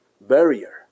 barrier